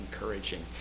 encouraging